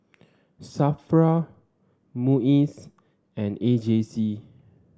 Safra MUIS and A J C